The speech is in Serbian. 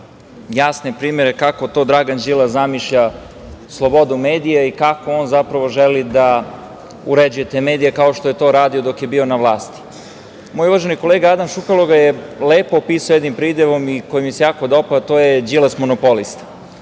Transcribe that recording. jasne primere kako to Dragan Đilas zamišlja slobodu medija i kako on zapravo želi da uređuje te medije, kao što je to radio dok je bio na vlasti. Moj uvaženi kolega Adam Šukalo ga je lepo opisao jednim pridevom koji mi se jako dopao, a to je – Đilas monopolista.